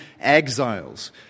exiles